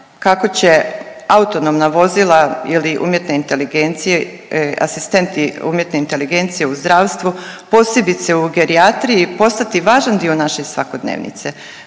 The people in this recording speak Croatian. kako će autonomna vozila ili umjetne inteligencije asistenti umjetne inteligencije u zdravstvu, posebice u gerijatriji postati važan dio naše svakodnevnice,